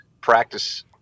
practice